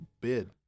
bid